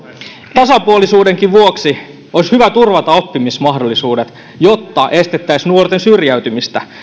tasapuolisuudenkin vuoksi olisi hyvä turvata oppimismahdollisuudet jotta estettäisiin nuorten syrjäytymistä